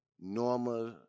normal